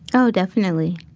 oh, definitely.